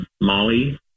Molly